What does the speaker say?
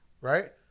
Right